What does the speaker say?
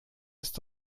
ist